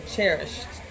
Cherished